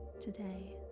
Today